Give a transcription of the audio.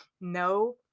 no